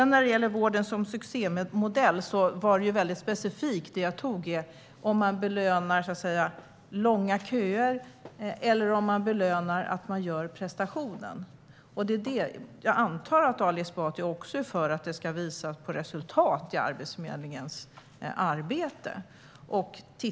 När det gäller vården som succémodell var det exempel jag tog väldigt specifikt: Belönar man långa köer, eller belönar man den prestation som görs? Jag antar att Ali Esbati också är för att Arbetsförmedlingens arbete ska visa resultat.